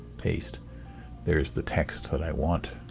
paste there is the text that i want